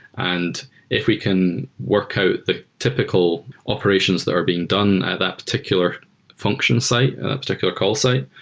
and if we can work out the typical operations that are being done at that particular function site, particular call site,